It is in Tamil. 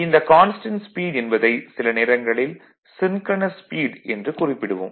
இந்த கான்ஸ்டன்ட் ஸ்பீட் என்பதை சில நேரங்களில் சின்க்ரனஸ் ஸ்பீட் என்று குறிப்பிடுவோம்